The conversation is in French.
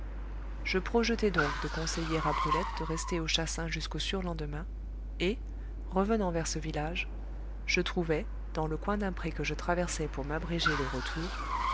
je projetai donc de conseiller à brulette de rester au chassin jusqu'au surlendemain et revenant vers ce village je trouvai dans le coin d'un pré que je traversais pour m'abréger le retour